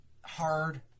hard